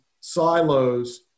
silos